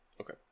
Okay